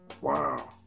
Wow